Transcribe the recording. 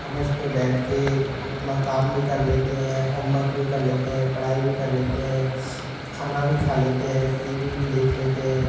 हम उसपे बैठ के अपना काम भी कर लेते हैं होमवर्क भी कर लेते हैं पढ़ाई भी कर लेते हैं खाना भी खा लेते हैं टी वी भी देख लेते हैं